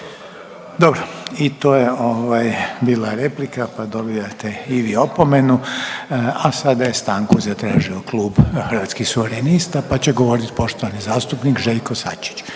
Dobro i to je ovaj bila replika, pa dobijate i vi opomenu, a sada je stanku zatražio Klub Hrvatskih suverenista, pa će govorit poštovani zastupnik Željko Sačić,